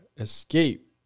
Escape